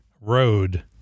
Road